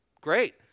great